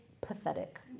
pathetic